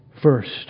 First